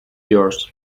yours